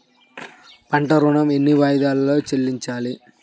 పంట ఋణం ఎన్ని వాయిదాలలో చెల్లించాలి?